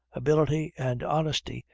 ability, and honesty,